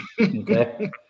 Okay